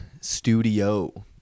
studio